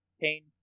pain